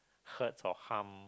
hurts or harm